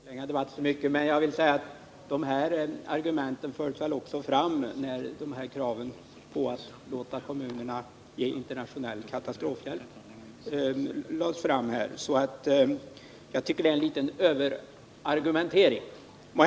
Herr talman! Jag skall inte förlänga debatten för mycket. Jag vill dock säga att dessa argument också fördes fram när kraven på att låta kommunerna ge internationell katastrofhjälp lades fram. jag tycker därför att det är fråga om en överargumentering från Bertil Fiskesjös sida.